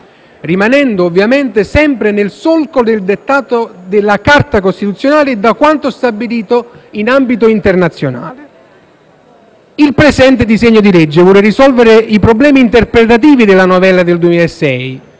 rimanendo ovviamente sempre nel solco del dettato della Carta costituzionale e di quanto stabilito in ambito internazionale. Il presente disegno di legge vuole risolvere i problemi interpretativi della novella del 2006,